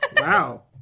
Wow